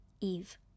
Eve